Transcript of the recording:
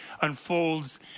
unfolds